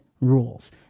rules